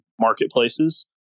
marketplaces